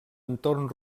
entorn